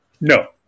No